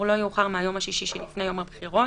לא יאוחר מהיום השישי שלפני יום הבחירות,